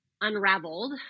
unraveled